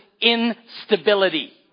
instability